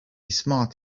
smart